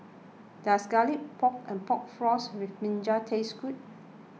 does Garlic Pork and Pork Floss with Brinjal taste good